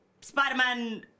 Spider-Man